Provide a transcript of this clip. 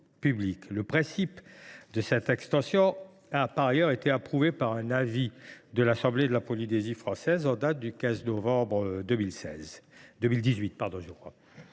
Le principe de cette extension a, par ailleurs, été approuvé par un avis de l’assemblée de la Polynésie française en date du 15 novembre 2018.